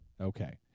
Okay